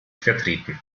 vertreten